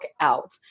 out